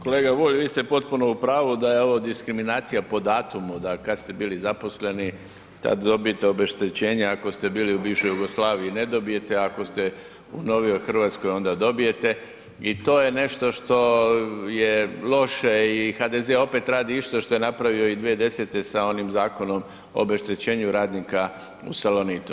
Kolega Bulj, vi ste potpuno u pravu da je ovo diskriminacija po datumu, da kad ste bili zaposleni, tad dobijete obeštećenje, ako ste bili u bivšoj Jugoslaviji, ne dobijete, a ako ste u novijoj Hrvatskoj, onda dobijete i to je nešto što je loše i HDZ opet radi isto što je napravio i 2010. sa onim zakonom o obeštećenju radnika u Salonitu.